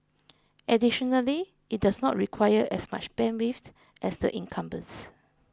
additionally it does not require as much bandwidth as the incumbents